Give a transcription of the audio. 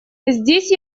здесь